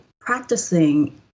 practicing